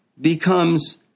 becomes